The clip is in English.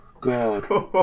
God